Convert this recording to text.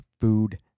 food